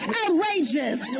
outrageous